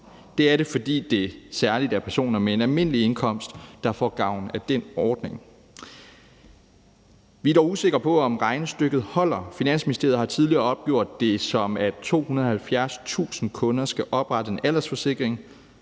Det er det, fordi det særlig er personer med en almindelig indkomst, der får gavn af den ordning. Vi er dog usikre på, om regnestykket holder. Finansministeriet har tidligere opgjort, at 280.000 kunder skal oprette en aldersforsikring,